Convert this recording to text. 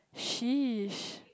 she's